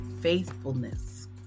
faithfulness